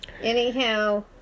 Anyhow